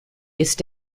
ist